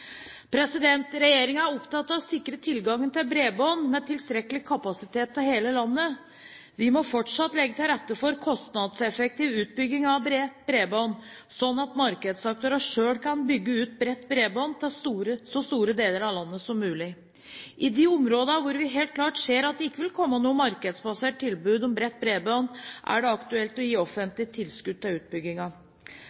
er opptatt av å sikre tilgangen til bredbånd med tilstrekkelig kapasitet til hele landet. Vi må fortsatt legge til rette for kostnadseffektiv utbygging av bredt bredbånd, slik at markedsaktørene selv kan bygge ut bredt bredbånd til så store deler av landet som mulig. I de områdene hvor vi helt klart ser at det ikke vil komme noe markedsbasert tilbud om bredt bredbånd, er det aktuelt å gi